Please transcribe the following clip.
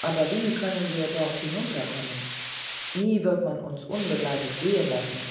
aber wie können wir dort hinunterkommen nie wird man uns unbegleitet gehen lassen